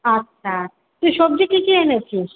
আচ্ছা তুই সবজি কী কী এনেছিস